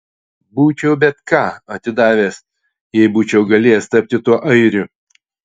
būčiau bet ką atidavęs jei būčiau galėjęs tapti tuo airiu